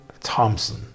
Thompson